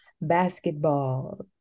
Basketball